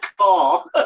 call